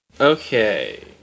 Okay